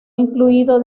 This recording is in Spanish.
incluido